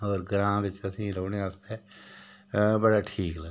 होर ग्रांऽ बिच्च असेंगी रौह्ने आस्तै बड़ा ठीक लगदा